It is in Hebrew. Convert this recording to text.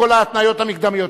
לכל ההתניות המקדמיות?